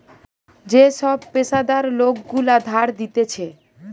যে সব পেশাদার লোক গুলা ধার দিতেছে